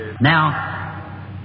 Now